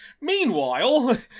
Meanwhile